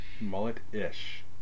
mullet-ish